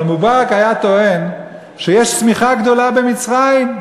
אבל מובארק היה טוען שיש צמיחה גדולה במצרים,